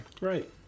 Right